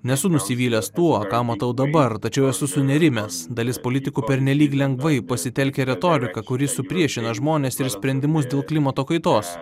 nesu nusivylęs tuo ką matau dabar tačiau esu sunerimęs dalis politikų pernelyg lengvai pasitelkia retoriką kuri supriešina žmones ir sprendimus dėl klimato kaitos